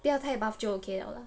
不要太 buff 就 okay liao lah